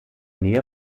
nähe